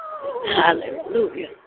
hallelujah